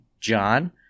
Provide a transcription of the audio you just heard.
John